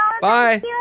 Bye